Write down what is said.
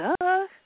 Duh